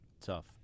Tough